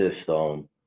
system